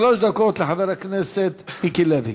שלוש דקות לחבר הכנסת מיקי לוי.